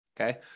Okay